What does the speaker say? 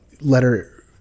letter